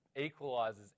equalizes